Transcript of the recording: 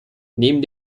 neben